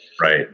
Right